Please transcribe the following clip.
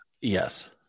Yes